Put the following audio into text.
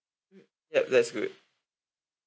yup that's good